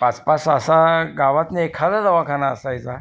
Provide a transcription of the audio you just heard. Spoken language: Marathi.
पाच पाच सहा सहा गावातनं एखादा दवाखाना असायचा